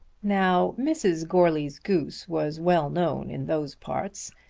now mrs. goarly's goose was well known in those parts.